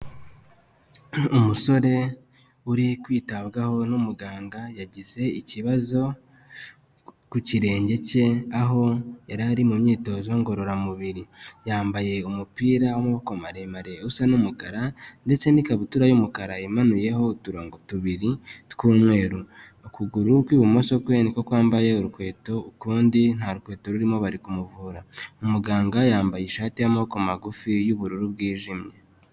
Umusore uri kwitabwaho n'umuganga, yagize ikibazo ku kirenge cye, aho yari ari mu myitozo ngororamubiri. Yambaye umupira w'amaboko maremare usa n'umukara, ndetse n'ikabutura y'umukara imanuyeho uturongo tubiri tw'umweru. Ukuguru kw'ibumoso kwe niko kwambaye urukweto, ukundi nta rukweto rurimo. Bari kumuvura, umuganga yambaye ishati y'amaboko magufi y'ubururu bwijimye.